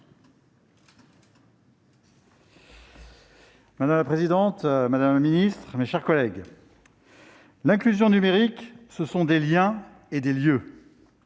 Madame la présidente, madame la secrétaire d'État, mes chers collègues, l'inclusion numérique, ce sont des liens et des lieux.